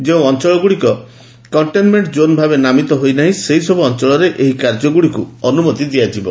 ଯେଉଁ ଅଞ୍ଚଳଗୁଡ଼ିକ containment zone ଭାବେ ନାମିତ ହୋଇନାହିଁ ସେହିସବୁ ଅଞ୍ଚଳରେ ଏହି କାର୍ଯ୍ୟଗୁଡ଼ିକୁ ଅନୁମତି ଦିଆଯିବ